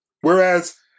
Whereas